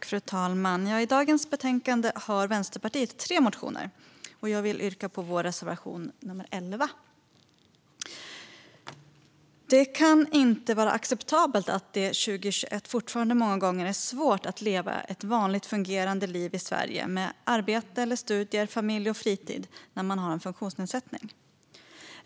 Fru talman! I dagens betänkande har Vänsterpartiet tre motioner. Jag vill yrka bifall till vår reservation 11. Det kan inte vara acceptabelt att det 2021 fortfarande många gånger är svårt att leva ett vanligt fungerande liv i Sverige, med arbete eller studier, familj och fritid när man har en funktionsnedsättning.